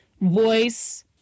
voice